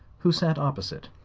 who sat opposite.